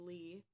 Lee